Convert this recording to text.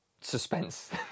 suspense